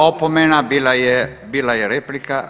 Opomena, bila je replika.